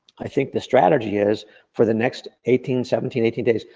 i think the strategy is for the next eighteen, seventeen, eighteen days,